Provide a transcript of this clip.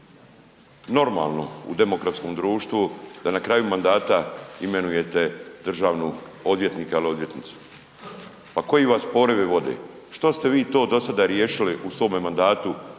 normalno u demokratskom društvu da na kraju mandata imenujete državnu odvjetnika ili odvjetnicu? Pa koji vas porivi vode? Što ste vi to do sada riješili u svome mandatu